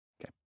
Okay